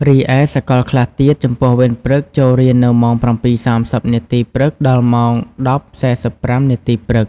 រីឯសកលខ្លះទៀត ចំពោះវេនព្រឹក ចូលរៀននៅម៉ោង ៧ៈ៣០ នាទី ព្រឹក ដល់ម៉ោង ១០ៈ៤៥ នាទី ព្រឹក ។